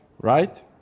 right